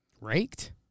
Raked